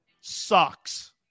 sucks